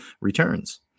returns